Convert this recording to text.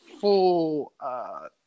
full